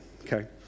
okay